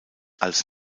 als